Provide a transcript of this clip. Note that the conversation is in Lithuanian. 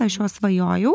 aš jo svajojau